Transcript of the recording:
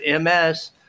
MS